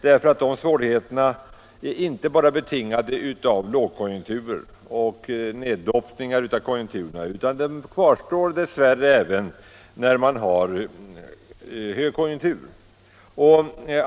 Dessa svårigheter är nämligen inte bara betingade av lågkonjunkturer och neddoppningar i konjunkturerna, utan de kvarstår dess värre även under högkonjunkturer.